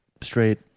straight